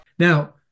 Now